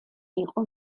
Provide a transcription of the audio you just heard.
იყო